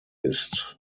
ist